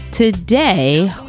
Today